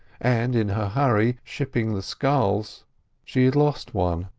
and in her hurry shipping the sculls she had lost one.